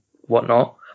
whatnot